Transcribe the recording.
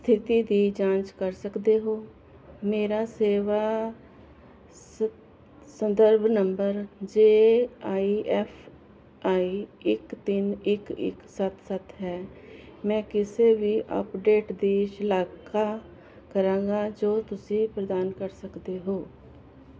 ਸਥਿਤੀ ਦੀ ਜਾਂਚ ਕਰ ਸਕਦੇ ਹੋ ਮੇਰਾ ਸੇਵਾ ਸ ਸੰਦਰਭ number J I F I ਇੱਕ ਤਿੰਨ ਇੱਕ ਇੱਕ ਸੱਤ ਸੱਤ ਹੈ ਮੈਂ ਕਿਸੇ ਵੀ ਅਪਡੇਟ ਦੀ ਸ਼ਲਾਘਾ ਕਰਾਂਗਾ ਜੋ ਤੁਸੀਂ ਪ੍ਰਦਾਨ ਕਰ ਸਕਦੇ ਹੋ